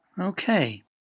Okay